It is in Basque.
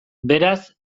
beraz